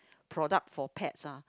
product for pets ah